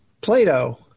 Plato